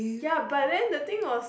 ya but then the thing was